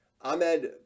Ahmed